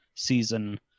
season